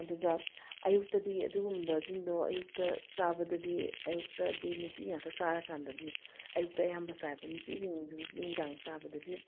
ꯑꯗꯨꯒ ꯑꯌꯨꯛꯇꯗꯤ ꯑꯗꯨꯒꯨꯝꯕꯁꯤꯡꯗꯣ ꯑꯌꯨꯛꯇ ꯆꯥꯕꯗꯗꯤ ꯑꯌꯨꯛꯇꯗꯤ ꯅꯨꯄꯤ ꯉꯥꯛꯇ ꯆꯥꯔ ꯀꯥꯟꯗꯗꯤ ꯑꯌꯨꯛꯇ ꯑꯌꯥꯝꯕ ꯆꯥꯏꯑꯕ ꯅꯨꯄꯤꯁꯤꯡꯁꯨ ꯅꯨꯡꯗꯥꯡ ꯆꯥꯕꯗꯗꯤ